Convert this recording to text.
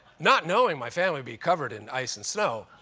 not knowing my family be covered in ice and snow.